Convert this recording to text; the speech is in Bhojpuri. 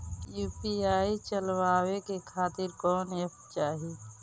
यू.पी.आई चलवाए के खातिर कौन एप चाहीं?